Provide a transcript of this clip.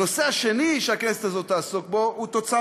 הנושא השני שהכנסת הזאת תעסוק בו הוא תוצר